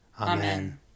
Amen